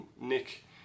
Nick